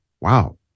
wow